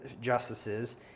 justices